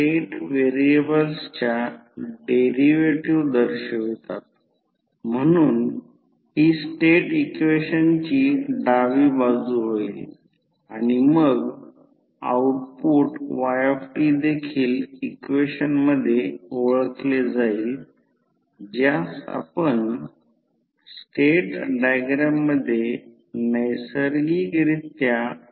आता principle of operation जेव्हा secondary एक ओपन सर्किट आहे आणि एक अल्टरनेटिंग व्होल्टेज V1 प्रायमरी वायडींगला जोडला आहे एक लहान करंट I0 ज्याला नो लोड असे म्हटले जाते तो वाहतो जे कोरमध्ये मॅग्नेटिक फ्लक्स सेट करते